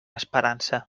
esperança